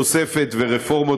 יש תוספת ורפורמות